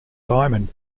diamond